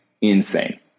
insane